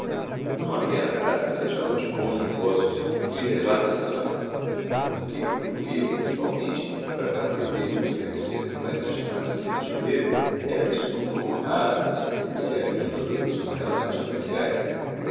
não havia na praça farejador de bons negócios que lhe levasse as lampas mas o que contribuía principalmente para fazer dele um dos negociantes mais estimados do rio de janeiro era o escrúpulo honrado com que sempre se havia em todas as suas relações comerciais